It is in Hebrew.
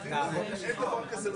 יש תמונות, יש תיעוד.